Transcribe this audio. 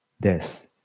death